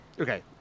okay